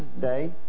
day